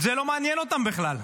זה לא מעניין אותם בכלל.